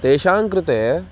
तेषां कृते